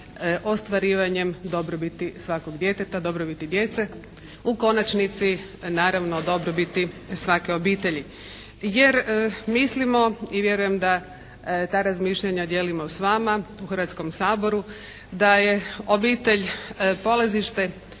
ostvarivanjem dobrobiti svakog djeteta, dobrobiti djece, u konačnici naravno dobrobiti svake obitelji jer mislimo i vjerujem da ta razmišljanja dijelimo s vama u Hrvatskom saboru da je obitelj polazište